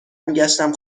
میگشتم